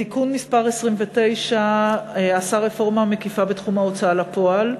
תיקון מס' 29 עשה רפורמה מקיפה בתחום ההוצאה לפועל,